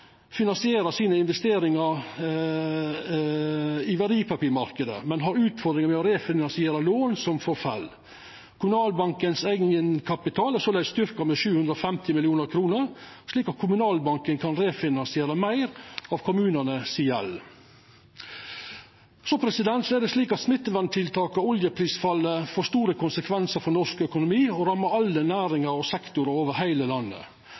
finansierer sine investeringar i verdipapirmarknaden, men har utfordringar med å refinansiera lån som forfell. Kommunalbankens eigenkapital er soleis styrkt med 750 mill. kr, slik at Kommunalbanken kan refinansiera meir av kommunane si gjeld. Smitteverntiltaka og oljeprisfallet får store konsekvensar for norsk økonomi og rammar alle næringar og sektorar over heile landet.